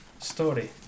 story